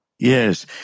Yes